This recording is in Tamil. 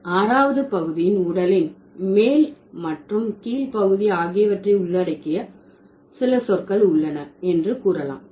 ஆறாவது பகுதியின் உடலின் மேல் மற்றும் கீழ் பகுதி ஆகியவற்றை உள்ளடக்கிய சில சொற்கள் உள்ளன என்று கூறலாம்